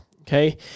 Okay